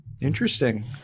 Interesting